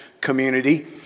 community